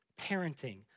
parenting